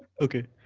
okay,